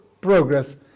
progress